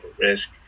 risk